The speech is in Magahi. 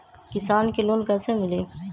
किसान के लोन कैसे मिली?